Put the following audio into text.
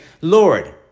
Lord